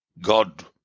God